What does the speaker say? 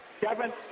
Kevin